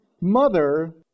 mother